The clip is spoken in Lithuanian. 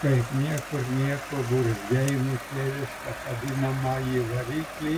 kaip niekur nieko burzgei nukėlęs pakabinamąjį variklį